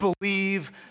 believe